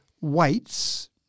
weights